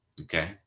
Okay